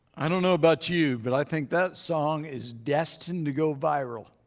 i don't know about you, but i think that song is destined to go viral.